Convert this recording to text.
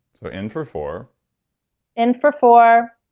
so in for four in for four,